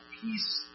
peace